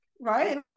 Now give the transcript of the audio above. Right